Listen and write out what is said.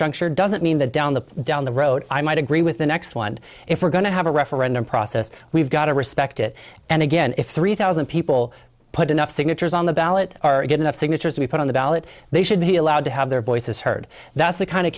juncture doesn't mean that down the down the road i might agree with the next one and if we're going to have a referendum process we've got to respect it and again if three thousand people put enough signatures on the ballot are good enough signatures to be put on the ballot they should be allowed to have their voices heard that's the kind of